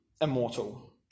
immortal